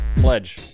Pledge